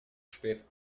spät